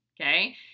okay